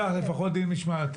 ויתר והסכים לזרום איתנו,